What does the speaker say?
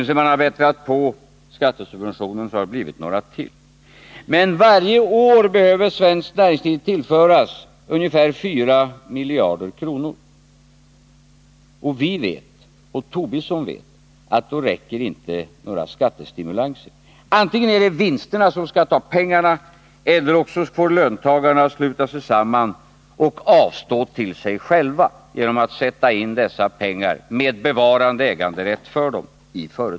Sedan skattesubventionerna har ökat har det blivit några procent till. Svenskt näringsliv behöver emellertid tillföras ungefär 4 miljarder kronor varje år. Både vi och Lars Tobisson vet att det då inte räcker med några skattestimulanser. Antingen går pengarna till ökade vinster eller också får löntagarna sluta sig samman och avstå till sig själva genom att sätta in pengarna företagen med bevarad äganderätt.